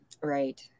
Right